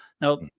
Now